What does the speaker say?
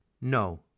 No